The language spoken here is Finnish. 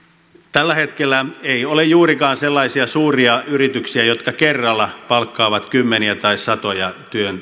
tällä hetkellä ei ole juurikaan sellaisia suuria yrityksiä jotka kerralla palkkaavat kymmeniä tai satoja